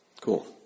Cool